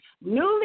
newly